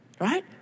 right